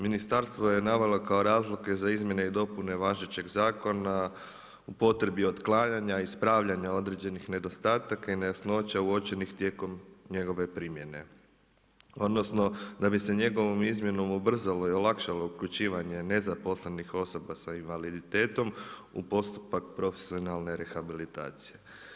Ministarstvo je navelo kao razloge za izmjene i dopune važećeg zakona u potrebi otklanjanja i spravljanja određenih nedostataka i nejasnoća uočenih tijekom njegove primjene, odnosno da bi se njegovom izmjenom ubrzalo i olakšalo uključivanje nezaposlenih osoba s invaliditetom u postupak profesionalne rehabilitacije.